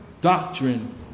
doctrine